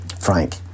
Frank